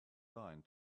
line